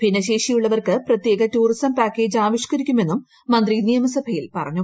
ഭിന്നശേഷിയുള്ളവർക്ക് പ്രത്യേക tourism package ആവിഷ്കരിക്കുമെന്നും മന്ത്രി നിയമസഭൂയിൽ പറഞ്ഞു